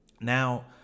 Now